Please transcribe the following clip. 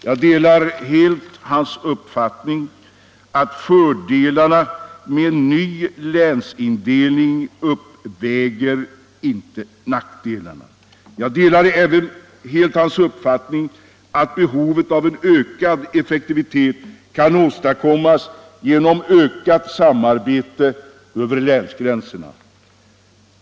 Jag instämmer helt i hans uppfattning att fördelarna med en ny länsindelning inte uppväger nackdelarna och att behovet av en ökad effektivitet kan tillgodoses genom ökat samarbete över länsgränserna.